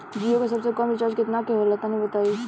जीओ के सबसे कम रिचार्ज केतना के होला तनि बताई?